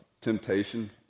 temptation